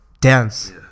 dance